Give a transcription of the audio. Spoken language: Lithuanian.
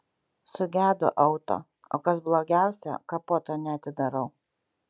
sugedo auto o kas blogiausia kapoto neatidarau